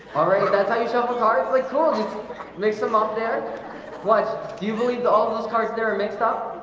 all right, that's how you shuffle cards play cool mix them up there what do you believe that all of those cards there and mixed up?